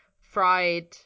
fried